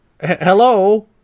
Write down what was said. hello